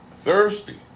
thirsty